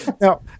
Now